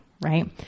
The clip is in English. right